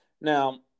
now